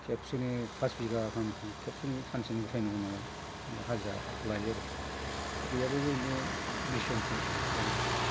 खेबसेनो पास बिगा गाहाम खेबसेनो सानसेनिफ्रायनो गायनांगौ नालाय हाजिरा लायो आरोखि गैयाब्ला माने बिसजनसो लायो